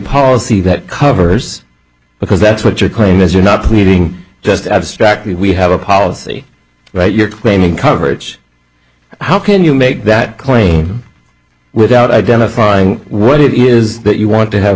policy that covers because that's what your claim is you're not pleading just abstractly we have a policy but you're claiming coverage how can you make that claim without identifying what it is that you want to have